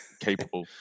capable